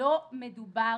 לא מדובר